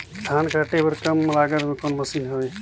धान काटे बर कम लागत मे कौन मशीन हवय?